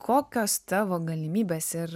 kokios tavo galimybės ir